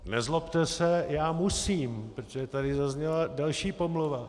Nezlobte se, já musím, protože tady zazněla další pomluva.